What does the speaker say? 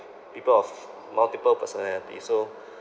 people of multiple personality so